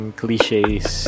cliches